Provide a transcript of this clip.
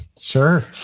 Sure